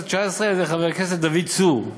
התשע-עשרה על-ידי חבר הכנסת דוד צור,